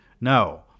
No